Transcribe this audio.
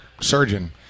surgeon